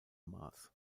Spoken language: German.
mars